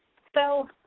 so,